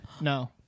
No